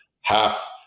half